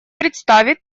представит